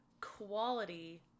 quality